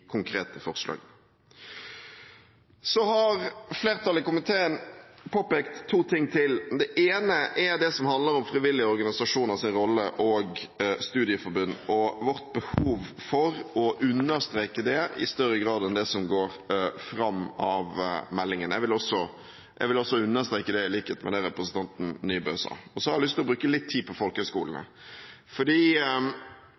konkrete forslagene. Flertallet i komiteen har påpekt to ting til. Det ene er det som handler om frivillige organisasjoners og studieforbunds rolle og vårt behov for å understreke det i større grad enn det som går fram av meldingen. Jeg vil også understreke det, i likhet med representanten Nybø. Så har jeg lyst til å bruke litt tid på